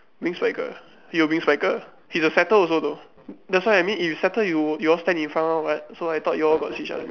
wing spiker you a wing spiker he's a setter also though that's why I mean if you setter you you all stand in front one [what] so I thought you all got see each other before